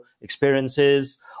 experiences